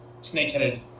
snake-headed